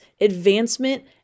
advancement